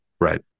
Right